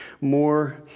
more